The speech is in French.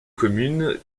communes